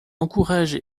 encourage